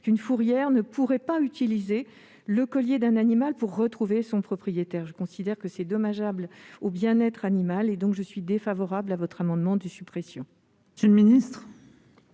qu'une fourrière ne pourrait pas utiliser le collier d'un animal pour retrouver son propriétaire. Je considère que ce serait dommageable au bien-être animal, donc je suis défavorable à cet amendement. Quel est l'avis